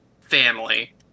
family